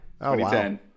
2010